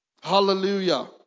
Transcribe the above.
Hallelujah